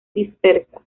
dispersas